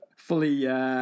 Fully